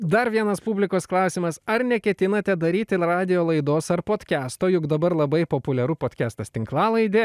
dar vienas publikos klausimas ar neketinate daryti radijo laidos ar potkesto juk dabar labai populiaru potkestas tinklalaidė